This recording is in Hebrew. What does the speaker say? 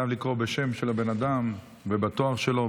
חובה לקרוא בשם של הבן אדם ובתואר שלו,